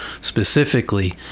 specifically